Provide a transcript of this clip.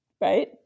Right